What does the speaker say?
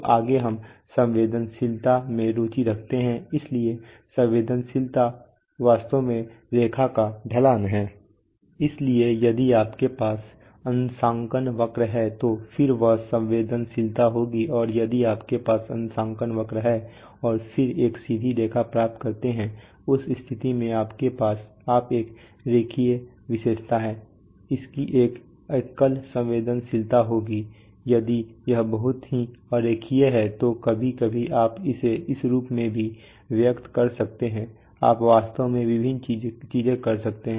तो आगे हम संवेदनशीलता में रुचि रखते हैं इसलिए संवेदनशीलता वास्तव में रेखा का ढलान है इसलिए यदि आपके पास अंशांकन वक्र है तो फिर वह संवेदनशीलता होगी और यदि आपके पास अंशांकन वक्र है और फिर एक सीधी रेखा प्राप्त करते हैं उस स्थिति में आपके पास आप एक रेखीय विशेषता है इसकी एक एकल संवेदनशीलता होगी यदि यह बहुत ही अरेखीय है तो कभी कभी आप इसे इस रूप में भी व्यक्त कर सकते हैं आप वास्तव में विभिन्न चीजें कर सकते हैं